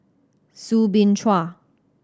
Soo Bin Chua